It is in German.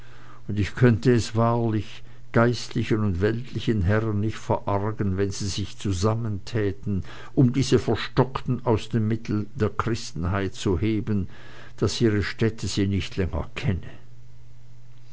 und ich könnte es wahrlich geistlichen und weltlichen herren nicht verargen wenn sie sich zusammentäten um diese verstockten aus dem mittel der christenheit zu heben daß ihre stätte sie nicht länger kenne